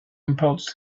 impulse